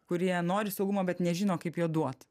kurie nori saugumo bet nežino kaip jo duot